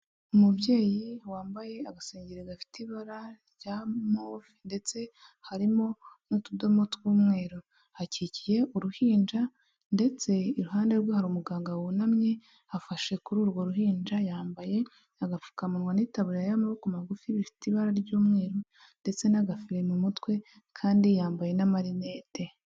Umubyeyi wambaye agasengengeri gafite ibara rya move ndetse harimo n'utudomo tw'umweru. Akikiye uruhinja ndetse iruhande rwe hari umuganga wunamye afashe kuri urwo ruhinja, yambaye agapfukamunwa n'itabura y'amaboko magufi bifite ibara ry'umweru ndetse n'agafire mu mutwe kandi yambaye n'amarinete.